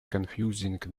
confusing